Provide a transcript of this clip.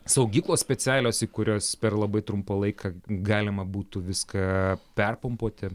saugyklos specialios į kurias per labai trumpą laiką galima būtų viską perpumpuoti